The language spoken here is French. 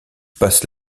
passe